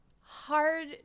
hard